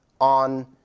on